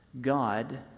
God